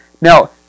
Now